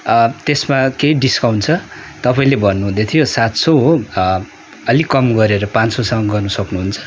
त्यसमा केही डिस्काउन्ट छ तपाईँले भन्नुहुँदै थियो सात सौ हो अलिक कम गरेर पाँच सौसम्म गर्नु सक्नुहुन्छ